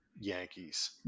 yankees